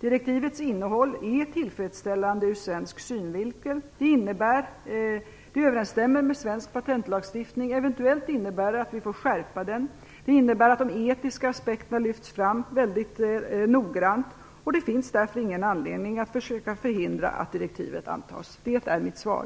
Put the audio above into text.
direktivets innehåll är tillfredsställande ur svensk synvinkel. Det överensstämmer med svensk patentlagstiftning. Eventuellt innebär det att vi får skärpa den. Det innebär att de etiska aspekterna lyfts fram mycket noggrant. Därför finns det ingen anledning att försöka förhindra att direktivet antas. Det är mitt svar.